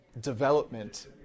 development